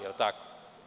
Je li tako?